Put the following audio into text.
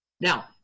Now